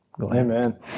Amen